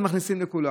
זה מכניסים לכולם.